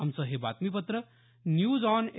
आमचं हे बातमीपत्र न्यूज ऑन ए